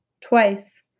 twice